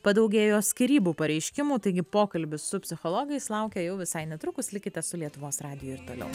padaugėjo skyrybų pareiškimų taigi pokalbis su psichologais laukia jau visai netrukus likite su lietuvos radiju ir toliau